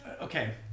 Okay